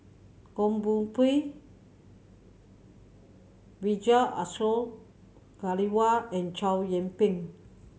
Goh Koh Pui Vijesh Ashok Ghariwala and Chow Yian Ping